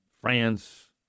France